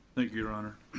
thank you, your honor.